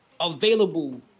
available